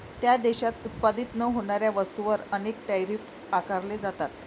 त्या देशात उत्पादित न होणाऱ्या वस्तूंवर अनेकदा टैरिफ आकारले जाते